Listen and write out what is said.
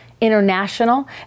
international